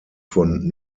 von